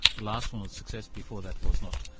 the last one was successful, before that was not.